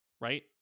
right